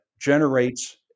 generates